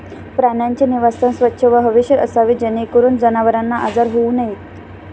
प्राण्यांचे निवासस्थान स्वच्छ व हवेशीर असावे जेणेकरून जनावरांना आजार होऊ नयेत